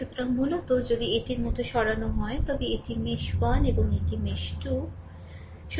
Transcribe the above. সুতরাং মূলত যদি এটির মতো সরানো হয় তবে এটি মেশ 1 এবং এটি মেশ 2